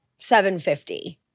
750